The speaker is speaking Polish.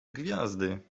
gwiazdy